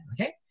okay